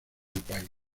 país